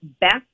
best